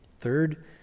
Third